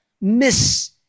miss